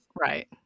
right